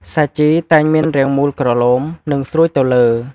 សាជីតែងមានរាងមូលក្រឡូម និងស្រួចទៅលើ។